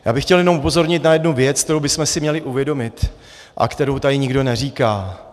Já bych chtěl jenom upozornit na jednu věc, kterou bychom si měli uvědomit a kterou tady nikdo neříká.